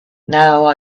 now